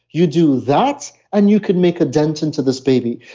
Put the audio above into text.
you do that and you can make a dent into this baby.